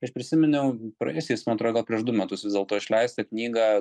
aš prisiminiau praėjusiais man atrodo gal prieš du metus vis dėlto išleistą knygą